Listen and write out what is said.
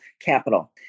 capital